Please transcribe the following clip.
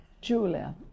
Julia